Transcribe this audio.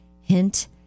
Hint